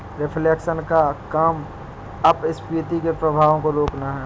reflation का काम अपस्फीति के प्रभावों को रोकना है